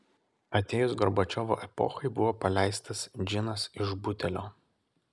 atėjus gorbačiovo epochai buvo paleistas džinas iš butelio